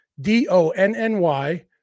D-O-N-N-Y